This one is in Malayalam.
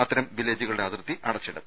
അത്തരം വില്ലേജുകളുടെ അതിർത്തി അടച്ചിടും